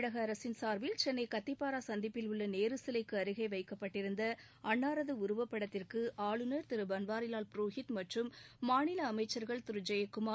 தமிழக அரசின் சார்பில் சென்னை கத்திப்பாரா சந்திப்பில் உள்ள நேரு சிலைக்கு அருகே வைக்கப்பட்டிருந்த அன்னாரது உருவப்படத்திற்கு ஆளுநர் திரு பன்வாரிலால் புரோஹித் மற்றும் மாநில அமைச்சர்கள் திரு ஜெயக்குமார்